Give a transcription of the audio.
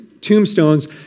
tombstones